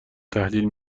تحلیل